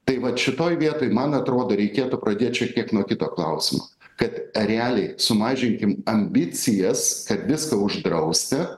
tai vat šitoj vietoj man atrodo reikėtų pradėt šiek tiek nuo kito klausimo kad realiai sumažinkim ambicijas kad viską uždrausti